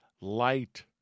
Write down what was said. light